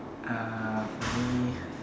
uh for me